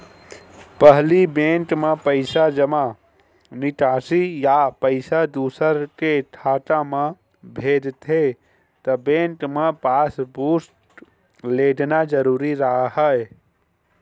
पहिली बेंक म पइसा जमा, निकासी या पइसा दूसर के खाता म भेजथे त बेंक म पासबूक लेगना जरूरी राहय